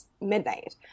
midnight